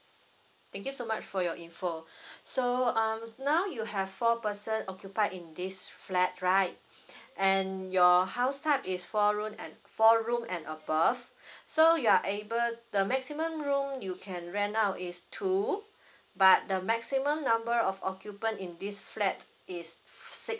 thank you so much for your info so um now you have four person occupied in this flat right and your house type is four room and four room and above so you are able the maximum room you can rent out is two but the maximum number of occupant in this flat is six